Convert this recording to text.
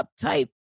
type